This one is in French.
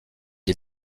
est